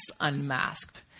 unmasked